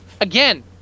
Again